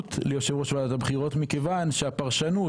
סמכות ליושב ראש ועדת הבחירות מכיוון שהפרשנות